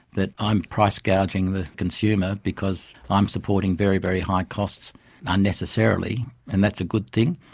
that i'm price gouging the consumer because i'm supporting very, very high costs unnecessarily. and that's a good thing?